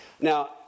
Now